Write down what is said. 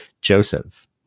Joseph